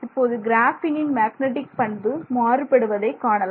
இப்போது கிராஃபீனின் மேக்னடிக் பண்பு வேறுபடுவதை காணலாம்